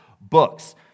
books